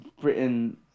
Britain